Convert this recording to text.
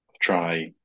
try